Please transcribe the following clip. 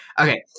Okay